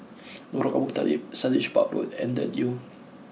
Lorong Abu Talib Sundridge Park Road and The Leo